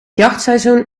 jachtseizoen